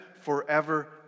forever